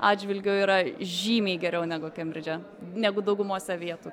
atžvilgiu yra žymiai geriau negu kembridže negu daugumose vietų